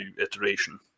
iteration